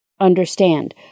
understand—